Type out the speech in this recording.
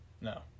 No